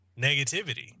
negativity